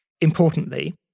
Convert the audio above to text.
Importantly